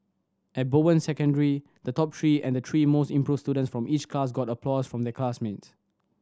at Bowen Secondary the top three and the three most improved students from each class got applause from their classmates